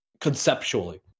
conceptually